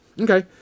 okay